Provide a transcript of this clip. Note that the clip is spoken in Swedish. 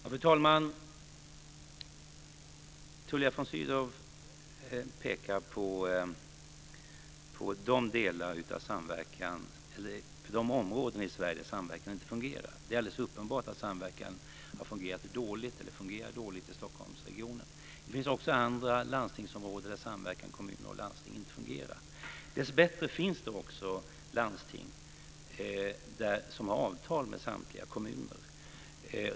Fru talman! Tullia von Sydow pekar på de områden i Sverige där samverkan inte fungerar. Det är alldeles uppenbart att samverkan har fungerat dåligt eller fungerar dåligt i Stockholmsregionen. Det finns också andra landstingsområden där samverkan mellan kommuner och landsting inte fungerar. Dessbättre finns det också landsting som har avtal med samtliga kommuner.